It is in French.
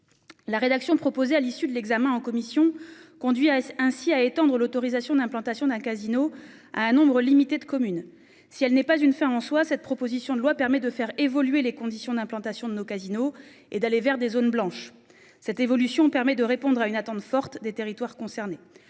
La rédaction proposée à l'issue de l'examen en commission conduit ainsi à étendre l'autorisation d'implantation d'un casino à un nombre limité de communes si elle n'est pas une fin en soi, cette proposition de loi permet de faire évoluer les conditions d'implantation de nos casinos et d'aller vers des zones blanches. Cette évolution permet de répondre à une attente forte des territoires concernés.